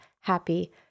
happy